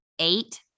eight